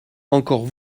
encore